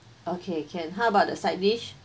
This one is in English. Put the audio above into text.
okay can how about the side dish